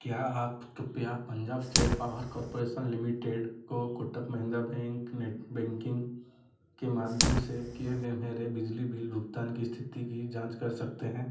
क्या आप कृपया Punjab state power corporation limited को Kotak Mahindra bank net banking के माध्यम से किए गए मेरे बिजली बिल भुगतान की स्थिति की जाँच कर सकते हैं